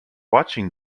watching